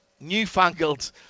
newfangled